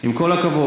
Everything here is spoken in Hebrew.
עם כל הכבוד.